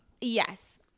Yes